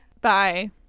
Bye